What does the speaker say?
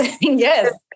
yes